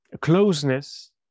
closeness